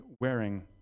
wearing